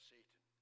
Satan